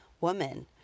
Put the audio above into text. woman